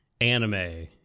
anime